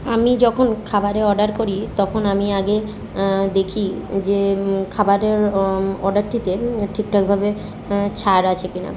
আমি যখন খাবারের অর্ডার করি তখন আমি আগে দেখি যে খাবারের অর্ডারটিতে ঠিকঠাকভাবে ছাড় আছে কি না